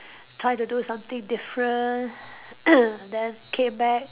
try to do something different then came back